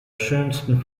schönsten